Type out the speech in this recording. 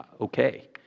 Okay